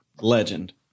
legend